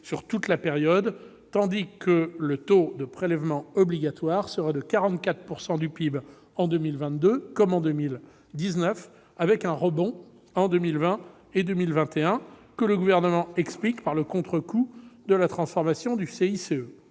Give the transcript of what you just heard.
sur toute la période, tandis que le taux de prélèvements obligatoires serait de 44 % du PIB en 2022, comme en 2019, avec un rebond en 2020 et 2021, que le Gouvernement explique par le « contrecoup » de la transformation du CICE,